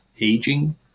aging